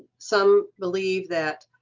some believe that